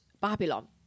Babylon